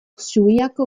zuiako